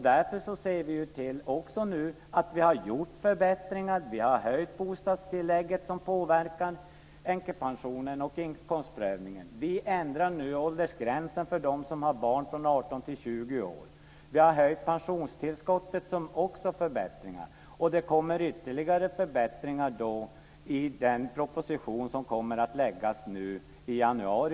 Därför har vi nu också sett till att göra förbättringar. Vi har höjt bostadstillägget, vilket påverkar änkepensionerna. Vi har också inkomstprövningen. Vi ändrar nu åldersgränsen för dem som har barn från 18 till 20 år. Vi har höjt pensionstillskottet, vilket också innebär förbättringar. Det kommer ytterligare förbättringar i den proposition som kommer att läggas fram nu i januari.